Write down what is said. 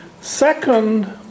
second